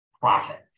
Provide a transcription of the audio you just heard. Profit